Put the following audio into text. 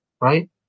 right